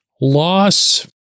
loss